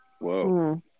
Whoa